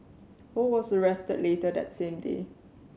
Ho was arrested later that same day